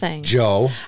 Joe